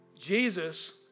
Jesus